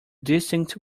distinct